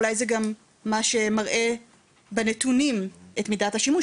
אולי זה גם מה שמראה בנתונים את מידת השימוש,